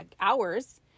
hours